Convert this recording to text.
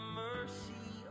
mercy